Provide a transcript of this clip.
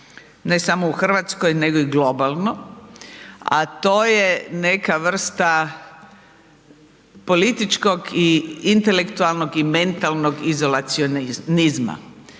ne samo u Hrvatskoj nego i globalno a to je neka vrsta političkog i intelektualnog i mentalnog izacionalizma.